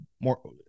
more